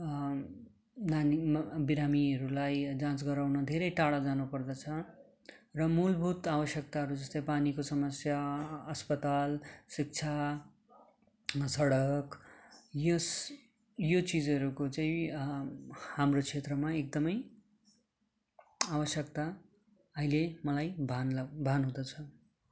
नानीमा बिमारीहरूलाई जाँच गराउन धेरै टाढा जानु पर्दछ र मूलभूत आवश्यक्ताहरू जस्तै पानीको समस्या अस्पताल शिक्षामा सड्क यस यो चिजहरूको चाहिँ हाम्रो क्षेत्रमा एकदमै आवश्यक्ता अहिले मलाई भान ल भान हुँदछ